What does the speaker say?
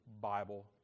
Bible